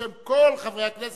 בשם כל חברי הכנסת,